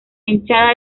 hinchada